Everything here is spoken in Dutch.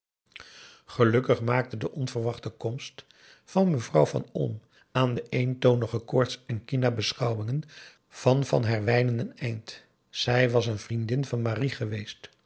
gelukkig maakte de onverwachte komst van mevrouw van olm aan de eentonige koorts en kina beschouwingen van van herwijnen een eind zij was een vriendin van marie geweest